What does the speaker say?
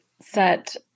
set